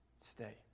stay